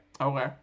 Okay